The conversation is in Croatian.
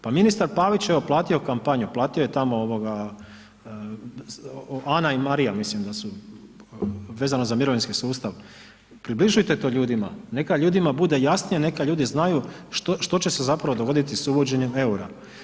Pa ministar Pavić, evo platio kampanju, platio je tamo Ana i Marija mislim da su vezano za mirovinski sustav, približite to ljudima, neka ljudima bude jasnije, neka ljudi znaju što će se zapravo dogoditi sa uvođenjem eura.